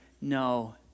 no